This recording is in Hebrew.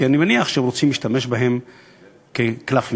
כי אני מניח שהם רוצים להשתמש בהם כקלף מיקוח.